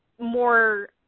more